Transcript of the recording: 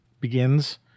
begins